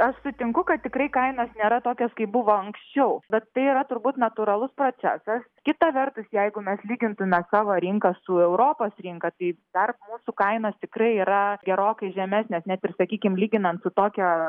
aš sutinku kad tikrai kainos nėra tokios kaip buvo anksčiau bet tai yra turbūt natūralus procesas kita vertus jeigu mes lygintume savo rinką su europos rinka tai dar mūsų kainos tikrai yra gerokai žemesnės net ir sakykim lyginant su tokia